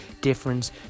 difference